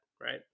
right